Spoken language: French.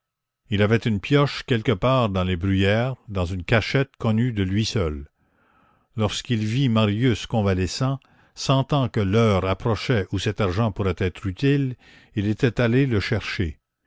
il avait une pioche quelque part dans les bruyères dans une cachette connue de lui seul lorsqu'il vit marius convalescent sentant que l'heure approchait où cet argent pourrait être utile il était allé le chercher